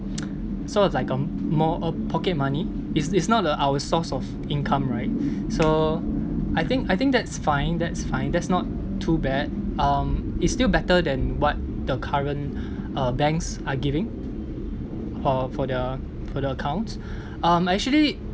so it's like um more op~ pocket money it's it's the our source of income right so I think I think that's fine that's fine that's not too bad um it's still better than what the current uh banks are giving or for the for the account um I actually